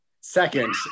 Second